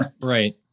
Right